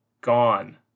gone